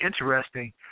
interesting